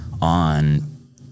on